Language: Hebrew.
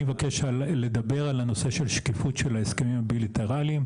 אני מבקש לדבר על נושא השקיפות של ההסכמים הבילטרליים.